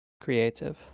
Creative